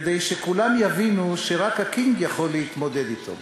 כדי שכולם יבינו שרק הקינג יכול להתמודד אתו.